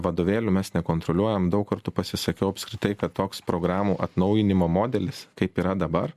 vadovėlių mes nekontroliuojam daug kartų pasisakiau apskritai kad toks programų atnaujinimo modelis kaip yra dabar